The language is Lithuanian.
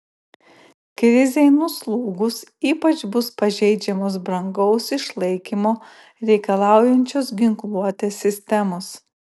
krizei nuslūgus ypač bus pažeidžiamos brangaus išlaikymo reikalaujančios ginkluotės sistemos